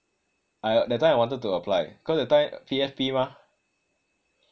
I that time I wanted to apply cause that time P_F_P mah